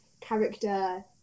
character